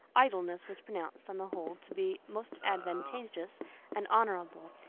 idleness was pronounced on the whole to be most advantageous and honourable,